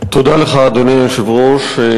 תודה לך, אדוני היושב-ראש.